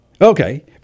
Okay